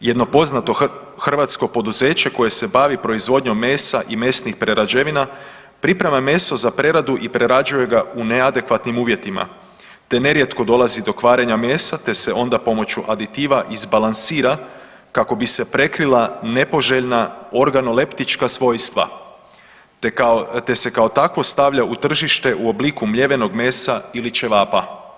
Jedno poznato hrvatsko poduzeće koje se bavi proizvodnjom mesa i mesnih prerađevina priprema meso za preradu i prerađuje ga u neadekvatnim uvjetima te nerijetko dolazi do kvarenja mesa te se onda pomoću aditiva izbalansira kako bi se prekrila nepoželjna organoleptička svojstva te se kao takvo stavlja u tržite u obliku mljevenog mesa ili čevapa.